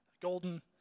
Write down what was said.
golden